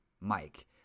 Mike